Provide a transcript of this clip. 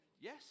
Yes